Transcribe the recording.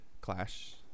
clash